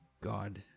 God